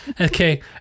Okay